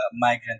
migrant